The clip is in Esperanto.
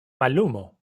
mallumo